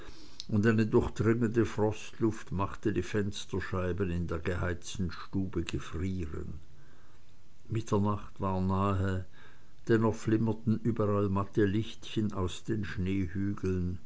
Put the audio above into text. und eine durchdringende frostluft machte die fensterscheiben in der geheizten stube gefrieren mitternacht war nahe dennoch flimmerten überall matte lichtchen aus den